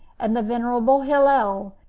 and the venerable hillel,